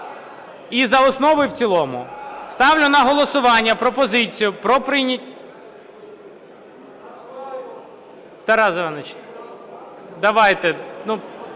і за основу, і в цілому? Ставлю на голосування пропозицію про прийняття… Тарас Іванович,